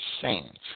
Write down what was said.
saints